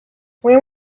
when